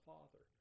Father